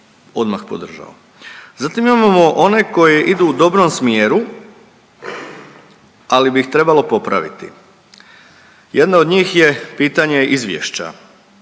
Zatim imamo one koje idu u dobrom smjeru, ali bi ih trebalo popraviti. Jedna od njih je pitanje izvješća.